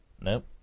nope